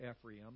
Ephraim